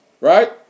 right